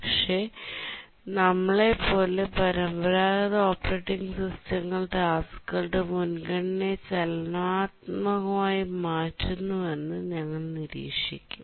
പക്ഷെ നമ്മളെപ്പോലെ പരമ്പരാഗത ഓപ്പറേറ്റിംഗ് സിസ്റ്റങ്ങൾ ടാസ്ക്കുകളുടെ മുൻഗണനയെ ചലനാത്മകമായി മാറ്റുന്നുവെന്ന് ഞങ്ങൾ നിരീക്ഷിക്കും